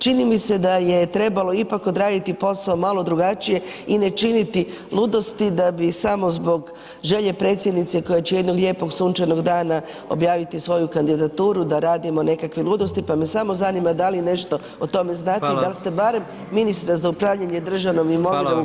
Čini mi se da je trebalo ipak odraditi posao malo drugačije i ne činiti ludosti da bi samo zbog želje predsjednice koja će jednog lijepog sunčanog dana objaviti svoju kandidaturu, da radimo nekakve ludosti, pa me samo zanima, da li nešto o tome znate [[Upadica: Hvala.]] i da li ste barem ministra za upravljanje državnom imovinom [[Upadica: Hvala vam.]] upozorili na činjenice.